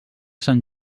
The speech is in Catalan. sant